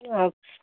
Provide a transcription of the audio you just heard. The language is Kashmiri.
اَدٕ سا